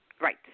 Right